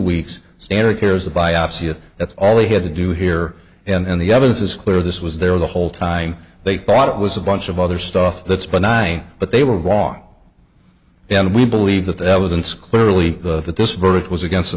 if that's all they had to do here and the evidence is clear this was there the whole time they thought it was a bunch of other stuff that's been i but they were wrong and we believe that the evidence clearly that this verdict was against the